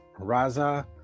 raza